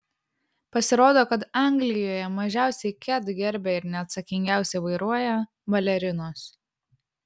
pasirodo kad anglijoje mažiausiai ket gerbia ir neatsakingiausiai vairuoja balerinos